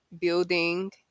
building